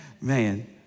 Man